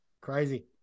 Crazy